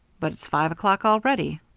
but it's five o'clock already.